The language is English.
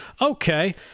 Okay